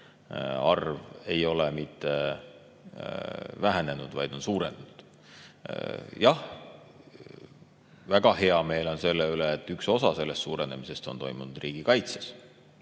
arv ei ole mitte vähenenud, vaid on suurenenud. Samas on väga hea meel selle üle, et üks osa sellest suurenemisest on toimunud riigikaitses.